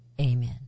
amen